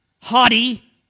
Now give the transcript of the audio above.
haughty